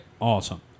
awesome